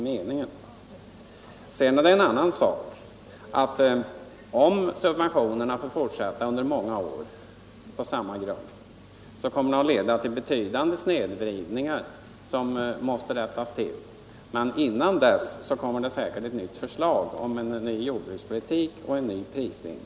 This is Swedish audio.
Sedan är det en annan sak att subventionerna, om de får utgå under många år på samma grund, kommer att leda till betydande snedvridningar som måste rättas till. Men innan dess kommer det säkert ett förslag till ny jordbrukspolitik och ny prislinje.